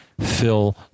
Phil